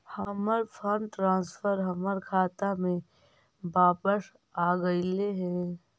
हमर fund transfer हमर खाता में वापस आगईल हे